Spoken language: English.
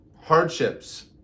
hardships